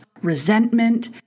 resentment